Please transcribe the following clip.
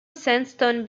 sandstone